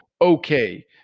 okay